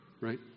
Right